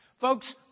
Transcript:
Folks